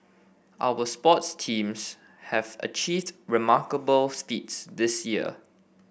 our sports teams have achieved remarkable feats this year